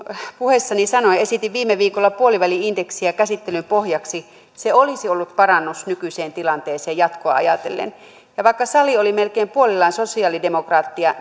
puheessani sanoin esitin viime viikolla puoliväli indeksiä käsittelyn pohjaksi se olisi ollut parannus nykyiseen tilanteeseen jatkoa ajatellen ja vaikka sali oli melkein puolillaan sosiaalidemokraatteja